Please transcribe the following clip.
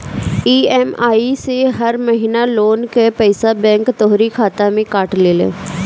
EMI से हर महिना लोन कअ पईसा बैंक तोहरी खाता से काट लेले